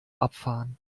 abfahren